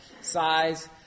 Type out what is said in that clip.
size